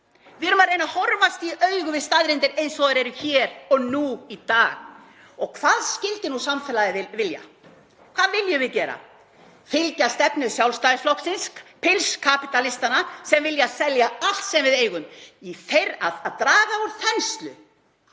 Við erum að reyna að horfast í augu við staðreyndir eins og þær eru hér og nú í dag. Og hvað skyldi nú samfélagið vilja? Hvað viljum við gera? Viljum við fylgja stefnu Sjálfstæðisflokksins, pilsfaldakapítalistanna sem vilja selja allt sem við eigum? Í þeirra huga er það að draga úr þenslu